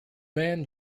band